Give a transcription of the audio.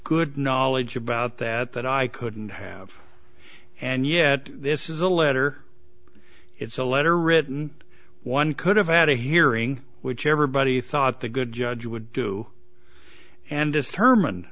good knowledge about that that i couldn't have and yet this is a letter it's a letter written one could have had a hearing which everybody thought the good judge would do and as herman